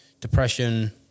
depression